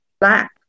Black